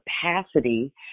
capacity